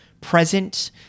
present